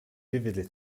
vividly